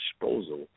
disposal